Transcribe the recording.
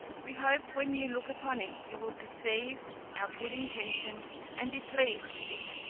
we hope when you look upon it, you will perceive our good intention and be pleased with it.